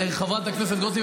חברת הכנסת גוטליב,